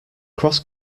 cross